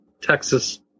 Texas